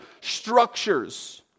structures